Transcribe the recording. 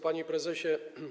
Panie Prezesie!